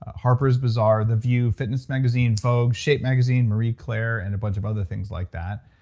ah harper's bazar, the view, fitness magazine, vogue, shit magazine, marie claire, and a bunch of other things like that.